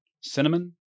cinnamon